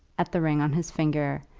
at the ring on his finger,